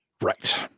Right